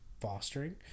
fostering